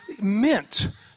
meant